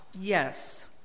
Yes